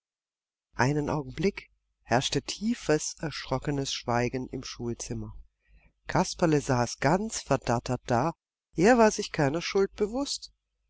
einen augenblick herrschte tiefes erschrockenes schweigen im schulzimmer kasperle selbst saß ganz verdattert da er war sich keiner schuld bewußt